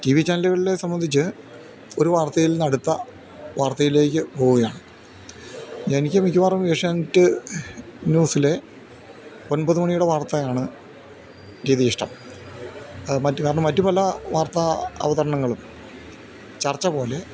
T V ചാനലുകളിൽ സംബന്ധിച്ച് ഒരു വാർത്തയിൽ നിന്ന് അടുത്ത വാർത്തയിലേക്ക് പോവുകയാണ് എനിക്ക് മിക്കവാറും ഏഷ്യാൻറ്റ് ന്യൂസിലെ ഒൻപത് മണിയുടെ വാർത്തയാണ് ഇഷ്ടം അത് മറ്റ് കാരണം മറ്റു പല വാർത്താ അവതരണങ്ങളും ചർച്ച പോലെ